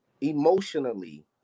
emotionally